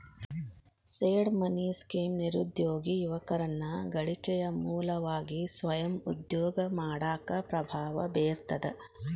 seed money scheme ನಿರುದ್ಯೋಗಿ ಯುವಕರನ್ನ ಗಳಿಕೆಯ ಮೂಲವಾಗಿ ಸ್ವಯಂ ಉದ್ಯೋಗ ಮಾಡಾಕ ಪ್ರಭಾವ ಬೇರ್ತದ